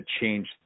change